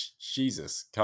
Jesus